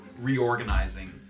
reorganizing